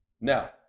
Now